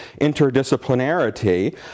interdisciplinarity